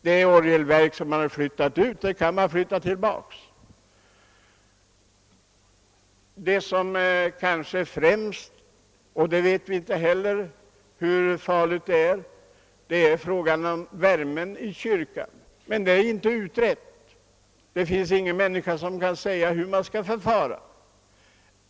Det orgelverk som man har flyttat ut kan man flytta tillbaka. Till de främsta frågorna hör frågan om värmen i kyrkan. Det vet vi inte heller hur farligt det är. Saken är inte utredd; det finns ingen människa som kan säga hur man skall förfara.